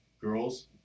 girls